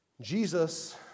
Jesus